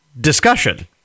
Discussion